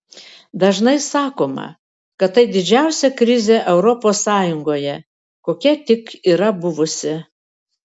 dažnai sakoma kad tai didžiausia krizė europos sąjungoje kokia tik yra buvusi